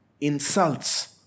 insults